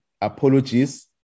apologies